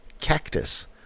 Cactus